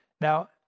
Now